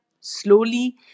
slowly